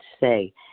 say